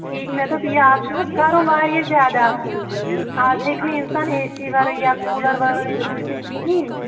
ٹھیٖک مےٚ دوٚپ یہِ اَز چھُ نہ حظ گَرم واریاہ زیادٕ آسان اَز ہیٚکہِ نہٕ اِنسان اے سی وَرٲے یا کوٗلَر وَرٲے روٗزِتھ کِہیٖنۍ